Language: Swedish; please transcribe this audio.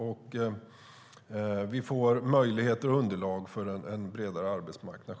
Det blir underlag för en generellt bredare arbetsmarknad.